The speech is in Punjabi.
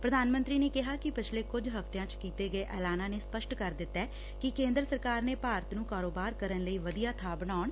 ਪ੍ਰਧਾਨ ਮੰਤਰੀ ਨੇ ਕਿਹਾ ਪਿਛਲੇ ਕੁਝ ਹਫਤਿਆਂ ਚ ਕੀਤੇ ਗਏ ਐਲਾਨਾਂ ਨੇ ਸਪੱਸਟ ਕਰ ਦਿੱਤੈ ਕਿ ਕੇਂਦਰ ਸਰਕਾਰ ਨੇ ਭਾਰਤ ਨੂੰ ਕਾਰੋਬਾਰ ਕਰਨ ਲਈ ਵਧੀਆ ਬਾਂ ਬਣਾਉਣ